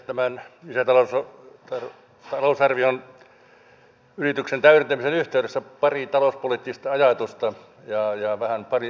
tämän talousarvion yrityksen täydentämisen yhteydessä pari talouspoliittista ajatusta ja pari murheellista